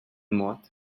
mod